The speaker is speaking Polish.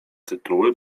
tytuły